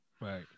Right